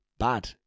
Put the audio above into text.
Bad